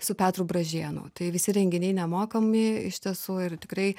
su petru bražėnu tai visi renginiai nemokami iš tiesų ir tikrai